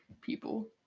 people